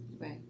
Right